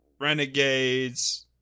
Renegades